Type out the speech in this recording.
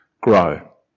grow